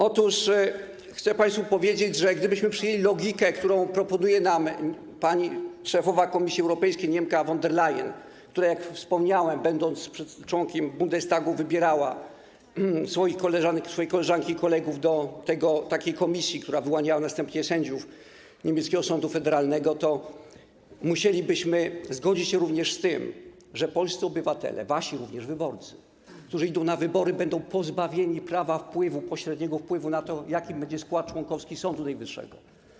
Otóż chcę państwu powiedzieć, że gdybyśmy przyjęli logikę, którą proponuje nam pani szefowa Komisji Europejskiej, Niemka von der Leyen, która, jak wspomniałem, będąc członkiem Bundestagu, wybierała swoje koleżanki i kolegów do takiej komisji, która wyłaniała następnie sędziów niemieckiego sądu federalnego, to musielibyśmy zgodzić się również z tym, że polscy obywatele, również wasi wyborcy, którzy idą na wybory, będą pozbawieni prawa do pośredniego wpływu na to, jaki będzie skład członkowski Sądu Najwyższego.